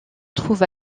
trouve